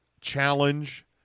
challenge